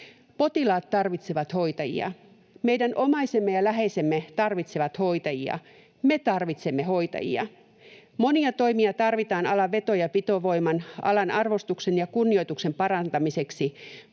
Potilaat tarvitsevat hoitajia. Meidän omaisemme ja läheisemme tarvitsevat hoitajia. Me tarvitsemme hoitajia. Monia toimia tarvitaan alan veto- ja pitovoiman, alan arvostuksen ja kunnioituksen parantamiseksi,